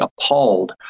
appalled